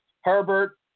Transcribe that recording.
Herbert